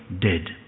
dead